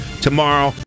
tomorrow